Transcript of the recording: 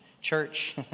Church